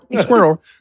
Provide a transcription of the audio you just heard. Squirrel